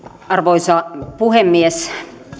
arvoisa puhemies